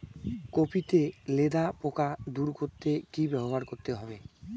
Copy তে লেদা পোকা দূর করতে কি ব্যবহার করতে হবে?